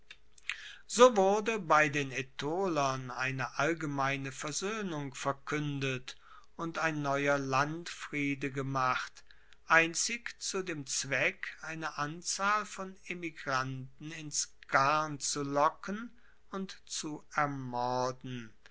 so wurde bei den aetolern eine allgemeine versoehnung verkuendet und ein neuer landfriede gemacht einzig zu dem zweck eine anzahl von emigranten ins garn zu locken und zu ermorden